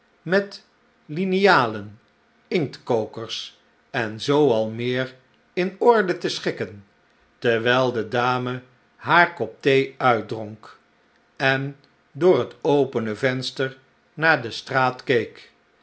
met linialen inktkokers en zoo al meer in orde te schikken terwijl de dame haar kop thee uitdronk en door het opene venster naar de straat